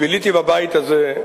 ביליתי בבית הזה,